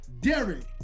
Derek